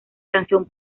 canción